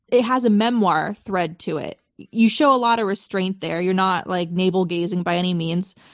it has a memoir thread to it. you show a lot of restraint there. you're not like navel-gazing by any means.